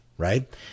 right